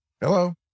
Hello